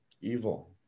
evil